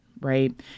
Right